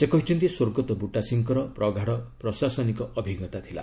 ସେ କହିଛନ୍ତି ସ୍ୱର୍ଗତଃ ବୁଟା ସିଂହଙ୍କର ପ୍ରଗାଢ଼ ପ୍ରଶାସନିକ ଅଭିଜ୍ଞତା ଥିଲା